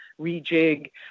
rejig